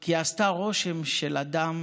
כי היא עשתה רושם של אדם